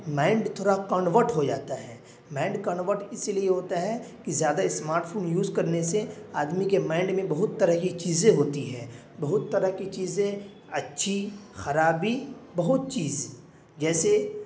mind تھوڑا convert ہو جاتا ہے مائنڈ کنورٹ اس لیے ہوتا ہے کہ زیادہ اسمارٹ فون یوز کرنے سے آدمی کے مائنڈ میں بہت طرح کی چیزیں ہوتی ہیں بہت طرح کی چیزیں اچھی خرابی بہت چیز جیسے